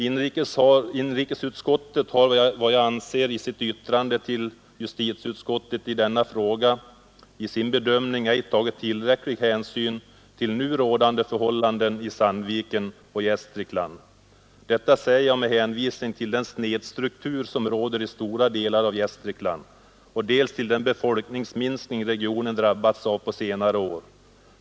Inrikesutskottet har, enligt vad jag anser, i sitt yttrande till justitieutskottet i denna fråga i sin bedömning inte tagit tillräcklig hänsyn till nu rådande förhållanden i Sandviken och Gästrikland. Detta säger jag med hänvisning till dels den snedstruktur som råder i stora delar av Gästrikland, dels den befolkningsminskning som regionen drabbats av på senare år.